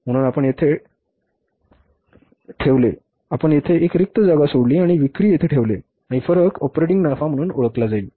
म्हणून आपण येथे ठेवले आपण येथे एक रिक्त जागा सोडली आणि विक्री येथे ठेवले आणि फरक ऑपरेटिंग नफा म्हणून ओळखला जाईल